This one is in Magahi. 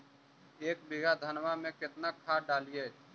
एक बीघा धन्मा में केतना खाद डालिए?